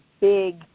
big